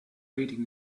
reading